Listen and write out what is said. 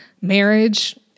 marriage